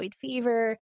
fever